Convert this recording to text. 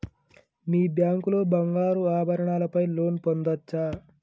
మీ bank లో బంగారు ఆభరణాల పై లోన్ పొందచ్చా?